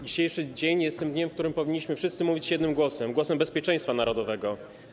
Dzisiejszy dzień jest tym dniem, w którym powinniśmy wszyscy mówić jednym głosem, głosem bezpieczeństwa narodowego.